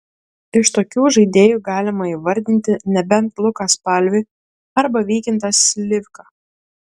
iš tokių žaidėjų galima įvardinti nebent luką spalvį arba vykintą slivką